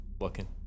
looking